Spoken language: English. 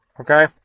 okay